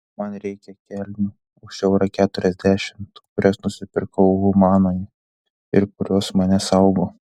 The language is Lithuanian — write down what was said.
man reikia kelnių už eurą keturiasdešimt kurias nusipirkau humanoje ir kurios mane saugo